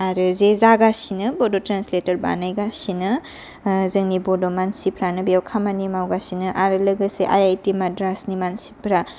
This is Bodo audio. आरो जे जागासिनो बड' ट्रेन्सलेटर बानायगासिनो जोंनि बड' मानसिफ्रानो बेयाव खामानि मावगासिनो आरो लोगोसे आई आई टी माड्रासनि मानसिफ्रा